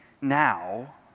now